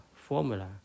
formula